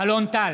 אלון טל,